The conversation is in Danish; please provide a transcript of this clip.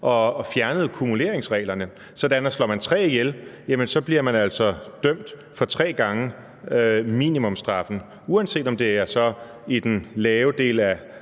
og fjernede kumuleringsreglerne, sådan at slår man tre ihjel, bliver man altså idømt tre gange minimumsstraffen, uanset om det så er i den lave del af